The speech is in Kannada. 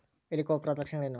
ಹೆಲಿಕೋವರ್ಪದ ಲಕ್ಷಣಗಳೇನು?